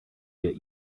get